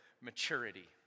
maturity